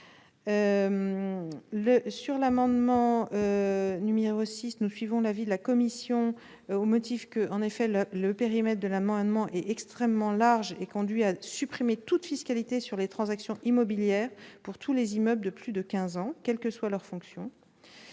l'amendement n° 6 rectifié , nous suivons l'avis défavorable de la commission des finances, au motif que le périmètre de l'amendement est extrêmement large et conduit à supprimer toute fiscalité sur les transactions immobilières pour tous les immeubles de plus de quinze ans, quelle que soit leur fonction.